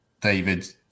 David